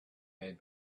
made